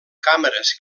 càmeres